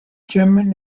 german